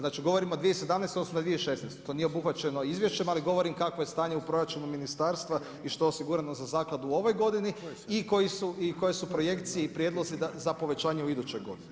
Znači, govorim o 2017. u odnosu na 2016. to nije obuhvaćeno izvješćem, ali govorim kakvo je stanje u proračunu Ministarstva i što je osigurano za Zakladu u ovoj godini i koje su projekcije i prijedlozi za povećanje u idućoj godini.